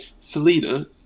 Felina